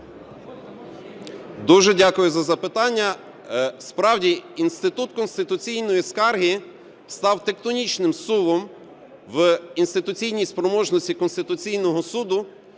Дуже дякую за запитання. Справді, інститут конституційної скарги став тектонічним зсувом в інституційній спроможності Конституційного Суду.